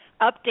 update